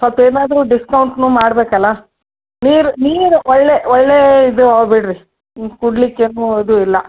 ಸ್ವಲ್ಪ ಏನಾದರೂ ಡಿಸ್ಕೌಂಟನ್ನೂ ಮಾಡ್ಬೇಕಲ್ಲ ನೀರು ನೀರು ಒಳ್ಳೆಯ ಒಳ್ಳೆಯ ಇದು ಬಿಡ್ರೀ ಕುಡಿಲಿಕ್ಕೇನು ಅದು ಇಲ್ಲ